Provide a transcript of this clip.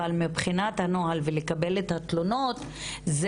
אבל מבחינת הנוהל ולקבל את התלונות,